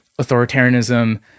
authoritarianism